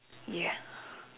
ya